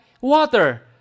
water